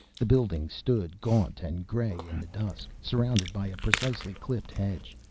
the building stood gaunt and gray in the dusk, surrounded by a precisely-clipped hedge.